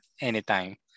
anytime